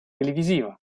televisiva